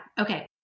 Okay